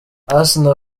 asnah